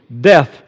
death